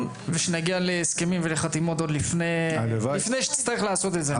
ושנגיע להסכמים ולחתימות לפני שתצטרך לעשות את זה.